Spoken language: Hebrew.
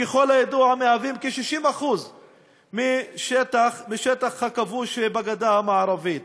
שככל הידוע הם כ-60% מהשטח הכבוש בגדה המערבית.